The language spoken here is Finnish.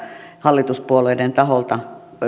hallituspuolueiden taholta